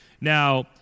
Now